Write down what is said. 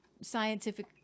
scientific